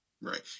Right